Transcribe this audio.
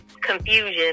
confusion